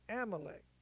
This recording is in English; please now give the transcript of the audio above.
Amalek